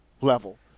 level